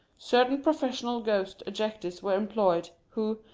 certain professional ghost ejectors were employed, who,